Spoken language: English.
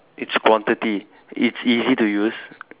it's quantity it's easy to use